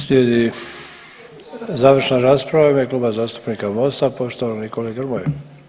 Slijedi završna rasprava u ime Kluba zastupnika Mosta poštovanog kolege Grmoje.